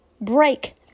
break